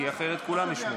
כי אחרת כולם ישמעו.